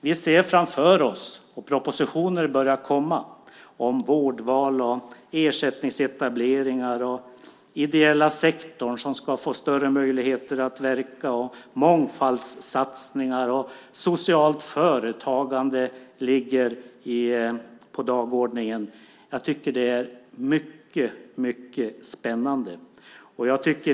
Vi ser det framför oss, och propositioner börjar komma. Vårdval, ersättningsetableringar, den ideella sektorn som ska få större möjligheter att verka, mångfaldssatsningar och socialt företagande står på dagordningen. Jag tycker att det är mycket spännande.